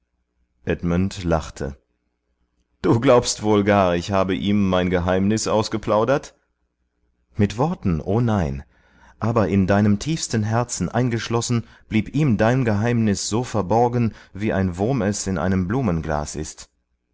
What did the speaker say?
edmund lachte du glaubst wohl gar ich habe ihm mein geheimnis ausgeplaudert mit worten o nein aber in deinem tiefsten herzen eingeschlossen blieb ihm dein geheimnis so verborgen wie ein wurm es in einem blumenglas ist